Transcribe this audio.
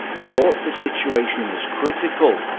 but the situation was critical.